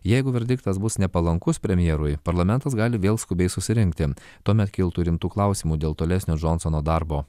jeigu verdiktas bus nepalankus premjerui parlamentas gali vėl skubiai susirinkti tuomet kiltų ir rimtų klausimų dėl tolesnio džonsono darbo